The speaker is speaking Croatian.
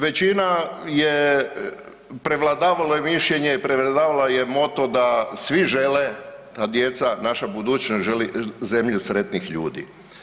Većina je, prevladavalo je mišljenje, prevladavalo je moto da svi žele, a djeca, naša budućnost želi zemlju sretnih ljudi.